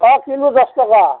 অঁ কিলো দছ টকা